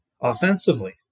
offensively